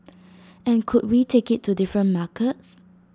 and could we take IT to different markets